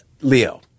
Leo